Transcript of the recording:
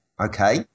Okay